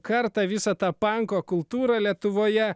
kartą visą tą panko kultūrą lietuvoje